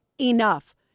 enough